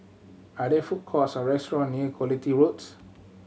are there food courts or restaurant near Quality Roads